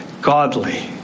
godly